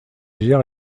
gère